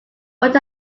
want